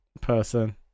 person